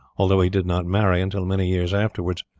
although he did not marry until many years afterwards,